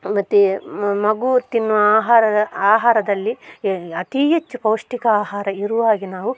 ಮತ್ತು ಮಗು ತಿನ್ನುವ ಆಹಾರದ ಆಹಾರದಲ್ಲಿ ಅತೀ ಹೆಚ್ಚು ಪೌಷ್ಠಿಕ ಆಹಾರ ಇರುವ ಹಾಗೆ ನಾವು